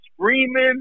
screaming